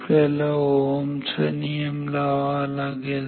आपल्याला ओहमचा नियम लावावा लागेल